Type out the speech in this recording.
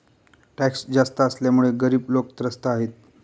tax जास्त असल्यामुळे गरीब लोकं त्रस्त आहेत